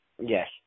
Yes